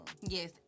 Yes